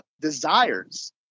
desires